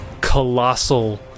colossal